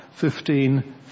15